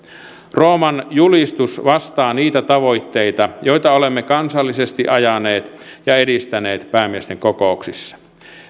rooman julistus vastaa niitä tavoitteita joita olemme kansallisesti ajaneet ja edistäneet päämiesten kokouksissa